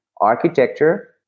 architecture